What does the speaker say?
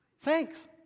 Thanks